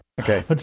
Okay